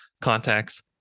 contacts